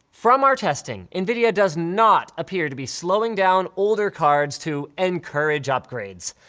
from our testing, nvidia does not appear to be slowing down older cards to encourage upgrades.